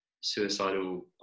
suicidal